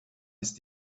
ist